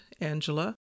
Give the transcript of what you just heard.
Angela